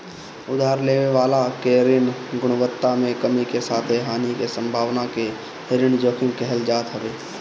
उधार लेवे वाला के ऋण गुणवत्ता में कमी के साथे हानि के संभावना के ऋण जोखिम कहल जात हवे